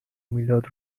میلاد